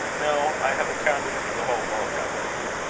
no. i have accounted for the whole bulk, i believe.